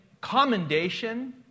commendation